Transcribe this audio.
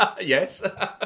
Yes